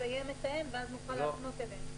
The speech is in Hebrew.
שנסיים את ההם ואז נוכל להפנות אליהם.